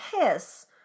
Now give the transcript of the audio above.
piss